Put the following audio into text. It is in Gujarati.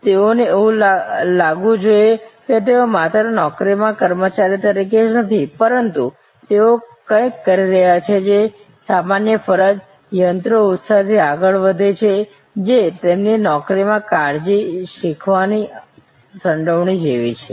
તેઓને એવું લાગવું જોઈએ કે તેઓ માત્ર નોકરીમાં કર્મચારી તરીકે જ નથી પરંતુ તેઓ કંઈક કરી રહ્યા છે જે સામાન્ય ફરજ યંત્રો ઉત્સાહથી આગળ વધે છે જે તેમની નોકરીમાં કાળજી શીખવાની સંડોવણી જેવી છે